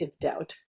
doubt